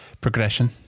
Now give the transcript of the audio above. progression